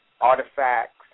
Artifacts